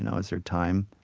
and is there time?